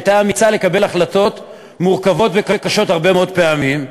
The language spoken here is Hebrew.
שהייתה אמיצה לקבל החלטות מורכבות וקשות הרבה מאוד פעמים,